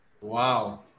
Wow